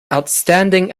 outstanding